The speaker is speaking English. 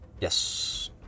Yes